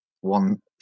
one